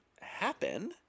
happen